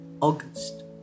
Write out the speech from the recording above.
August